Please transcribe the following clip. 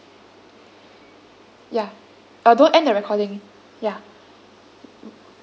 ya uh don't end the recording ya